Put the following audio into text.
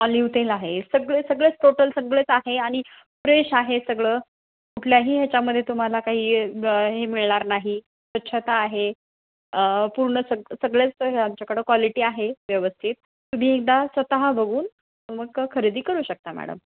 olive तेल आहे सगळे सगळेच टोटल सगळेच आहे आणि फ्रेश आहे सगळं कुठल्याही ह्याच्यामध्ये तुम्हाला काही हे मिळणार नाही स्वच्छता आहे पूर्ण सग सगळंच हे आमच्याकडं क्वालिटी आहे व्यवस्थित तुम्ही एकदा स्वतः बघून मग खरेदी करू शकता मॅडम